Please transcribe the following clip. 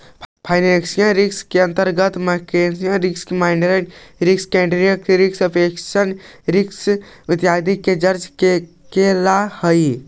financial risk के अंतर्गत market risk, model risk, credit risk, operational risk इत्यादि के चर्चा कैल जा हई